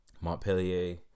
Montpellier